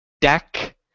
Deck